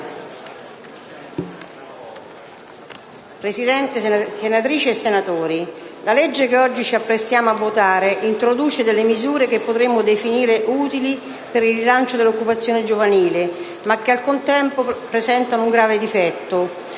Presidente, senatrici e senatori, il provvedimento sul quale oggi ci apprestiamo a votare introduce delle misure che potremmo definire utili per il rilancio dell’occupazione giovanile, ma che al contempo presentano un grave difetto: